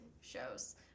shows